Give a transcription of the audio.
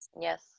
yes